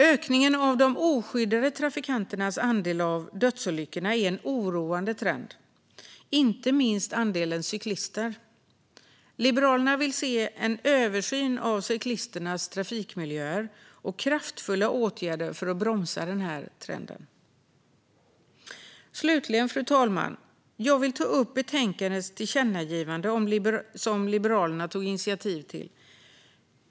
Ökningen av de oskyddade trafikanternas andel av dödsolyckorna, inte minst andelen cyklister, är en oroande trend. Liberalerna vill se en översyn av cyklisternas trafikmiljöer och kraftfulla åtgärder för att bromsa denna trend. Slutligen, fru talman, vill jag ta upp betänkandets tillkännagivande som Liberalerna tog initiativ till.